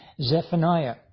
Zephaniah